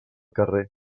carrer